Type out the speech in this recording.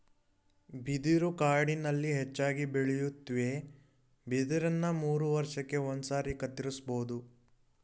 ಬಿದಿರು ಕಾಡಿನಲ್ಲಿ ಹೆಚ್ಚಾಗಿ ಬೆಳೆಯುತ್ವೆ ಬಿದಿರನ್ನ ಮೂರುವರ್ಷಕ್ಕೆ ಒಂದ್ಸಾರಿ ಕತ್ತರಿಸ್ಬೋದು